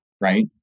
right